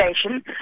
station